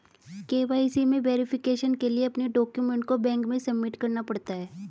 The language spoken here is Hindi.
के.वाई.सी में वैरीफिकेशन के लिए अपने डाक्यूमेंट को बैंक में सबमिट करना पड़ता है